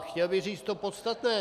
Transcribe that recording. Chtěl bych říct to podstatné.